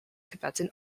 tibetan